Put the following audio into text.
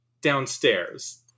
downstairs